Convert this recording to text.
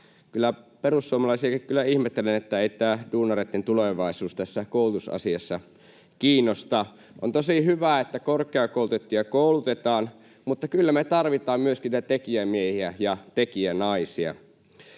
perussuomalaisiakin kyllä ihmettelen — ei tämä duunareitten tulevaisuus tässä koulutusasiassa kiinnosta. On tosi hyvä, että korkeakoulutettuja koulutetaan, mutta kyllä me tarvitaan myöskin niitä tekijämiehiä ja tekijänaisia.